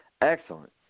Excellent